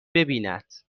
ببیند